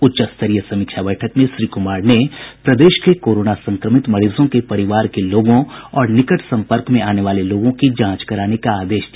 उच्च स्तरीय समीक्षा बैठक में श्री कुमार ने प्रदेश के कोरोना संक्रमित मरीजों के परिवार के लोगों और निकट संपर्क में आने वाले लोगों की जांच कराने का आदेश दिया